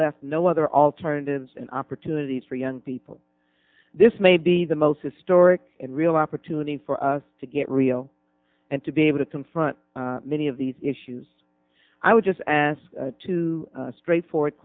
left no other alternatives and opportunities for young people this may be the most historic and real opportunity for us to get real and to be able to confront many of these issues i would just ask two straightforward